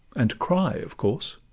and cry of course.